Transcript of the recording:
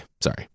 sorry